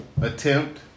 attempt